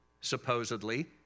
supposedly